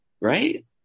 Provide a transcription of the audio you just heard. right